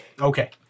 Okay